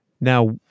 Now